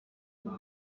ubu